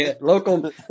Local